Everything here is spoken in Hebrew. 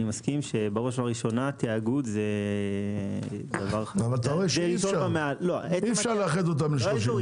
אני מסכים שתאגוד זה- -- אי אפשר לאחד אותם ל-30.